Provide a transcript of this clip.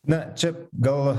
na čia gal